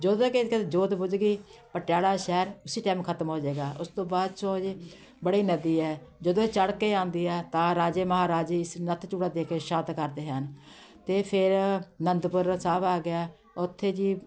ਜਦੋਂ ਜੋਤ ਬੁੱਝ ਗਈ ਪਟਿਆਲਾ ਸ਼ਹਿਰ ਉਸੀ ਟਾਈਮ ਖ਼ਤਮ ਹੋ ਜਾਏਗਾ ਉਸ ਤੋਂ ਬਾਆਦ 'ਚੋਂ ਜੀ ਬੜੀ ਨਦੀ ਹੈ ਜਦੋਂ ਇਹ ਚੜ੍ਹ ਕੇ ਆਉਂਦੀ ਹੈ ਤਾਂ ਰਾਜੇ ਮਹਾਰਾਜੇ ਇਸ ਨੱਥ ਚੁਲਾ ਦੇ ਕੇ ਸ਼ਾਂਤ ਕਰਦੇ ਹਨ ਅਤੇ ਫਿਰ ਅਨੰਦਪੁਰ ਸਾਹਿਬ ਆ ਗਿਆ ਉੱਥੇ ਜੀ